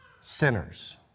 Sinners